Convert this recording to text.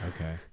Okay